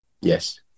yes